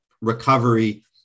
recovery